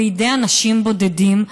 בידי אנשים בודדים,